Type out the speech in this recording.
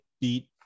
beat